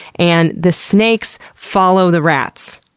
and the snakes follow the rats.